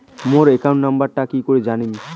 মোর account নাম্বারটা কি করি জানিম?